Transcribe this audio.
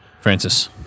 Francis